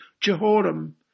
Jehoram